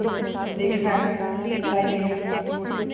दिखाइ दिखाइये